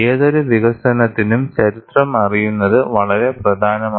ഏതൊരു വികസനത്തിനും ചരിത്രം അറിയുന്നത് വളരെ പ്രധാനമാണ്